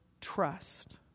trust